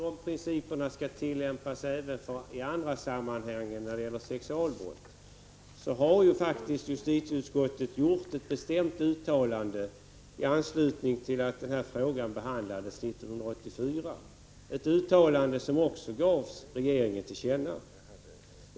Herr talman! Först vad gäller frågan om juridiskt biträde skall samma regler som i andra sammanhang även tillämpas när det är fråga om sexualbrott. När denna fråga behandlades 1984 gjorde utskottet ett uttalande som också gavs regeringen till känna.